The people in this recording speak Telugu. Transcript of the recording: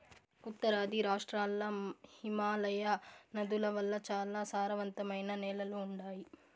ఉత్తరాది రాష్ట్రాల్ల హిమాలయ నదుల వల్ల చాలా సారవంతమైన నేలలు ఉండాయి